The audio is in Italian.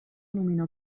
nominò